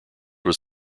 was